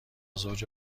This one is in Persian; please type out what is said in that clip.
زوج